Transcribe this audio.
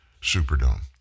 Superdome